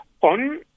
On